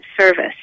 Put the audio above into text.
service